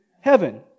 heaven